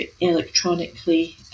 electronically